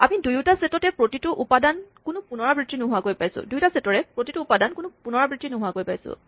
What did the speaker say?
আমি দুয়োটা ছেটৰে প্ৰতিটো উপাদান কোনো পুণৰাবৃত্তি নোহোৱাকৈ পাইছোঁ